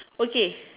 okay